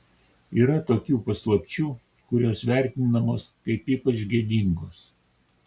yra tokių paslapčių kurios vertinamos kaip ypač gėdingos